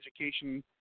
education